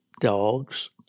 dogs